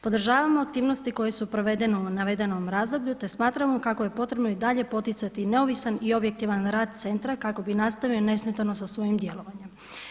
Podržavamo aktivnosti koje su provedene u navedenom razdoblju, te smatramo kako je potrebno i dalje poticati neovisan i objektivan rad centra kako bi nastavio nesmetano sa svojim djelovanjem.